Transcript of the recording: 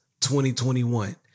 2021